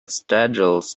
straddles